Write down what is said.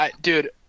Dude